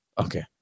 okay